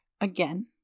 again